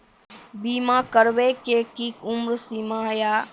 बीमा करबे के कि उम्र सीमा या?